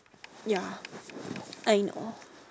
ya I know